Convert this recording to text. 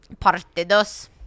Partidos